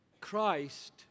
Christ